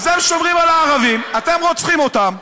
אז הם שומרים על הערבים, אתם רוצחים אותם,